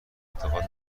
اعتقاد